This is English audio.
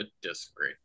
disagree